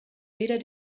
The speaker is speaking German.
weder